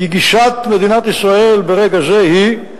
כי גישת מדינת ישראל ברגע זה היא,